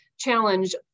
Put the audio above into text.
challenge